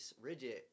rigid